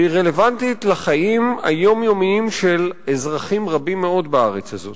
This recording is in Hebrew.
והיא רלוונטית לחיים היומיומיים של אזרחים רבים מאוד בארץ הזאת.